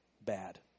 bad